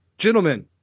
gentlemen